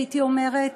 הייתי אומרת,